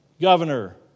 governor